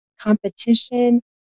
competition